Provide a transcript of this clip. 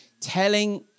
telling